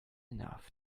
enough